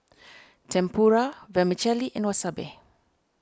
Tempura Vermicelli and Wasabi